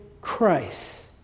Christ